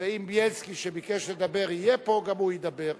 ואם בילסקי, שביקש לדבר, יהיה פה, גם הוא ידבר.